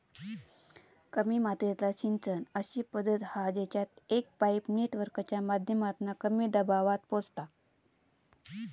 कमी मात्रेतला सिंचन अशी पद्धत हा जेच्यात एक पाईप नेटवर्कच्या माध्यमातना कमी दबावात पोचता